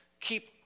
keep